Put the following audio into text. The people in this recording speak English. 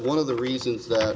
one of the reasons that